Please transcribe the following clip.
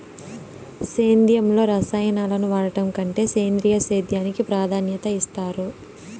సేద్యంలో రసాయనాలను వాడడం కంటే సేంద్రియ సేద్యానికి ప్రాధాన్యత ఇస్తారు